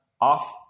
off